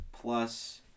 plus